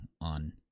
on